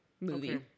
movie